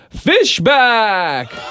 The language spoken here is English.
Fishback